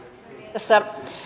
tässä